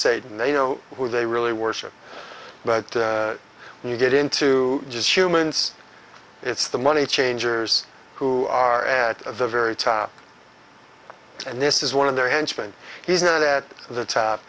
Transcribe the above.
satan they know who they really worship but when you get into just humans it's the money changers who are at the very top and this is one of their henchmen he's not at the top